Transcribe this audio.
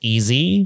Easy